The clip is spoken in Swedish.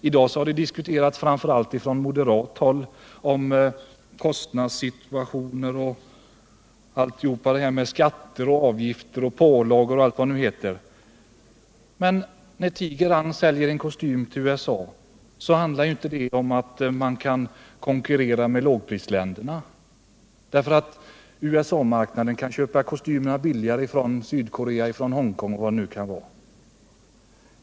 I dag har man framför allt från moderat håll diskuterat kostnadssituationen — skatter, avgifter och andra pålagor. När Tiger-Rang säljer en kostym till USA innebär inte det att man lyckas priskonkurrera med lågprisländerna, eftersom man i USA kan köpa kostymer billigare från Sydkorea, Hongkong och andra lågprisländer.